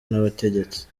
n’abategetsi